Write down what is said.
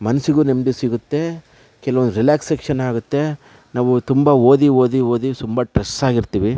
ಮನಸ್ಸಿಗೂ ನೆಮ್ಮದಿ ಸಿಗುತ್ತೆ ಕೆಲವು ರಿಲಾಕ್ಸೆಷನ್ ಆಗುತ್ತೆ ನಾವು ತುಂಬ ಓದಿ ಓದಿ ಓದಿ ತುಂಬ ಟ್ರೆಸ್ಸ್ ಆಗಿರ್ತೀವಿ